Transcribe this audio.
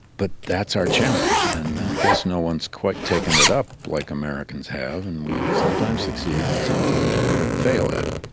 but that's our challenge, and i guess no one has quite taken it up like americans have and we sometimes succeed and sometimes we fail at it.